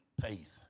faith